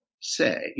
say